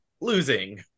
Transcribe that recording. losing